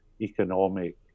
economic